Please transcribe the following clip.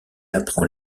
apprend